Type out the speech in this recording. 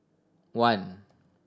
one